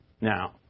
Now